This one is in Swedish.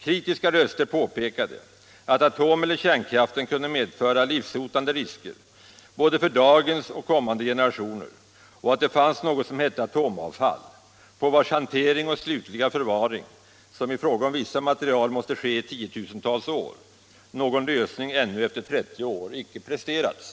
Kritiska röster påpekade att atomeller kärnkraften kunde medföra livshotande risker både för dagens och för kommande generationer och att det fanns något som hette atomavfall, på vars hantering och slutliga förvaring — som i fråga om vissa material måste ske i tiotusentals år — någon lösning ännu efter 30 år icke presterats.